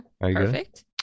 perfect